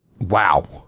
wow